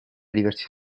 diversi